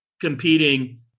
competing